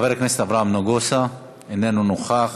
חבר הכנסת אברהם נגוסה, איננו נוכח.